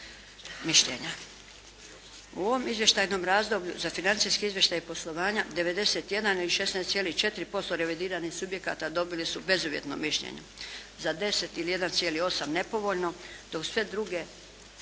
U ovom izvještajnom razdoblju za financijski izvještaj poslovanja 91 ili 16,4% revidiranih subjekata dobili su bezuvjetno mišljenje. Za 10 ili 1,8 nepovoljno dok su sve druge